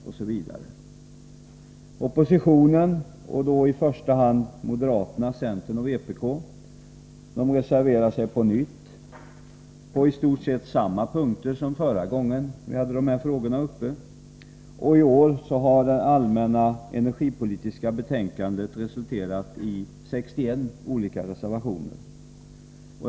Oppositionen — och då i första hand moderaterna, centern och vpk — reserverar sig på nytt beträffande i stort sett samma punkter som förra gången vi hade dessa frågor uppe. I år innehåller det allmänna energipolitiska betänkandet 61 olika reservationer.